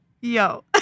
yo